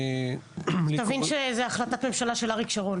אני --- תבין שזאת החלטת ממשלה של אריק שרון